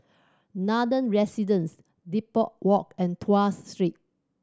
Nathan Residences Depot Walk and Tuas Street